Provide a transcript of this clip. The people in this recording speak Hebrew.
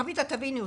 רוית, את תביני אותי.